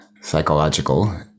psychological